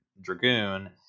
Dragoon